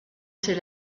ses